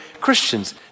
Christians